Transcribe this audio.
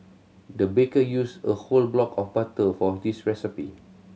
the baker used a whole block of butter for this recipe